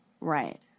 Right